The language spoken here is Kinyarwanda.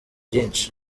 byinshi